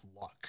luck